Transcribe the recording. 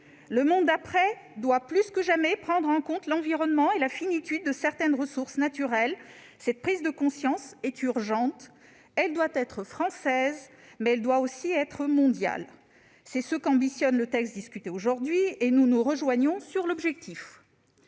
Le monde d'après doit plus que jamais prendre en compte l'environnement et la finitude de certaines ressources naturelles. Cette prise de conscience est urgente. Elle doit être française, mais elle doit être aussi mondiale. C'est ce qu'ambitionne le texte dont nous discutons aujourd'hui et dont nous partageons l'objectif.